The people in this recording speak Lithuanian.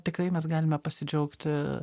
tikrai mes galime pasidžiaugti